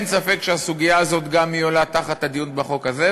אין ספק שהסוגיה הזאת גם היא עולה תחת הדיון בחוק הזה,